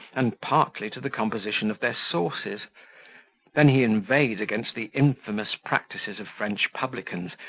and partly to the composition of their sauces then he inveighed against the infamous practices of french publicans,